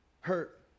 hurt